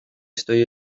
estoy